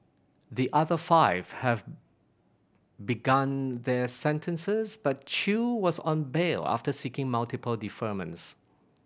the other five have begun their sentences but Chew was on bail after seeking multiple deferments